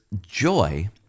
joy